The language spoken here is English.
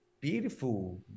beautiful